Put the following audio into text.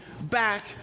back